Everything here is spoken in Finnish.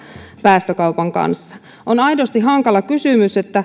päästökaupan kanssa on aidosti hankala kysymys